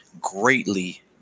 greatly